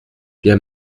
bien